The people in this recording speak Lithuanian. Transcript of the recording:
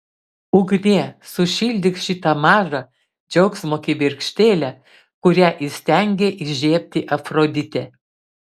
ugnie sušildyk šitą mažą džiaugsmo kibirkštėlę kurią įstengė įžiebti afroditė